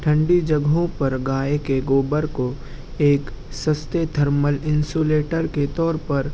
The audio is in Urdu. ٹھنڈی جگہوں پر گائے کے گوبر کو ایک سستے تھرمل انسولیٹر کے طور پر